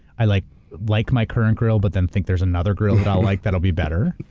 i like like my current grill but then think there's another grill that i'll like that'll be better.